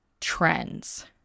trends